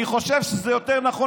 אני חושב שיותר נכון,